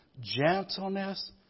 gentleness